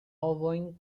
ovojn